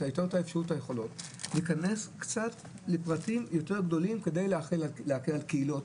האפשרות והיכולת להיכנס קצת לפרטים יותר גדולים כדי להקל על קהילות.